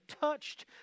touched